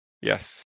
Yes